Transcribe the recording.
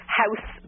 house